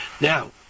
Now